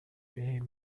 aim